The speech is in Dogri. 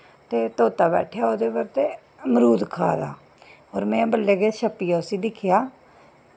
ते तोता बैठे दा हा ओह्दे पर ते मरूद खाऽ दा हा होर में बल्लें जेह् छप्पियै उसी दिक्खेआ